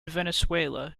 venezuela